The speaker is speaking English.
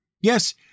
Yes